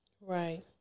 right